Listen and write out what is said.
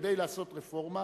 כדי לעשות רפורמה,